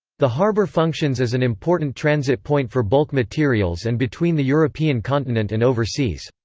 the harbour functions as an important transit point for bulk materials and between the european continent and overseas.